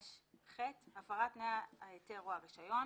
25ח.הפרת תנאי ההיתר או הרישיון